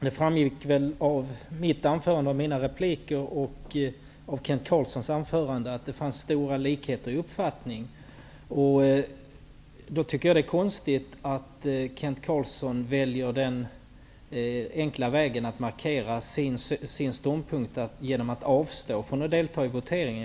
Herr talman! Det har väl framgått av mitt anförande och mina repliker och av vad Kent Carlsson sade att det finns stora likheter i våra uppfattningar. Jag tycker därför att det är konstigt att Kent Carlsson väljer den enkla vägen att markera sin ståndpunkt genom att avstå från att rösta.